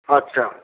আচ্ছা